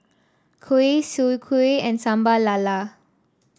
kuih Soon Kuih and Sambal Lala